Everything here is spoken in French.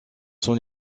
son